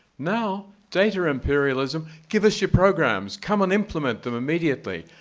now, data imperialism, give us your programs, come and implement them immediately.